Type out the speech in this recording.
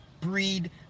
breed